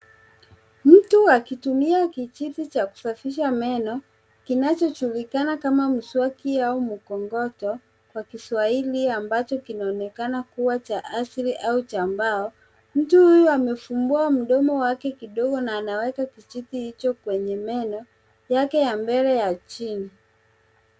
Mtu akitumia kijiti cha kusafisha meno kinacho julikana kama mswaki au mkongoto kwa kiswahili ambacho kinaonekana kuwa cha asili au cha mbao. Mtu huyu amefungua mdomo wake kidogo na anaweka kijiti hicho kwenye meno yake ya mbele ya chini.